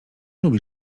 lubi